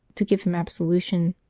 to give him absolution.